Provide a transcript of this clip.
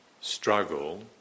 struggle